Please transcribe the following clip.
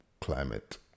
climate